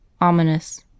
ominous